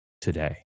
today